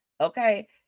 Okay